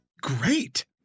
great